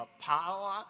power